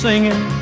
Singing